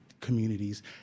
communities